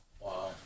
Wow